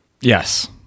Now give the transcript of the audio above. Yes